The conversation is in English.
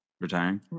retiring